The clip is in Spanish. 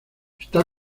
está